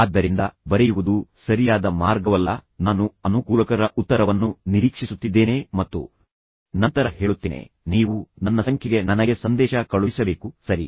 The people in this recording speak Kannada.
ಆದ್ದರಿಂದ ಬರೆಯುವುದು ಸರಿಯಾದ ಮಾರ್ಗವಲ್ಲ ನಾನು ಅನುಕೂಲಕರ ಉತ್ತರವನ್ನು ನಿರೀಕ್ಷಿಸುತ್ತಿದ್ದೇನೆ ಮತ್ತು ನಂತರ ಹೇಳುತ್ತೇನೆ ನೀವು ನನ್ನ ಸಂಖ್ಯೆಗೆ ನನಗೆ ಸಂದೇಶ ಕಳುಹಿಸಬೇಕು ಸರಿ